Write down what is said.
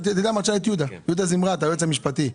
תשאל את יהודה זמרת היועץ המשפטי.